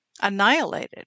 annihilated